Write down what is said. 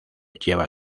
lleva